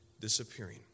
disappearing